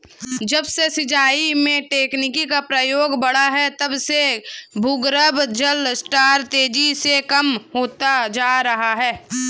जब से सिंचाई में तकनीकी का प्रयोग बड़ा है तब से भूगर्भ जल स्तर तेजी से कम होता जा रहा है